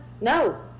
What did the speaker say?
No